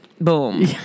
Boom